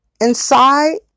inside